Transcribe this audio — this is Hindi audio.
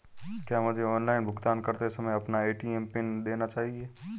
क्या मुझे ऑनलाइन भुगतान करते समय अपना ए.टी.एम पिन देना चाहिए?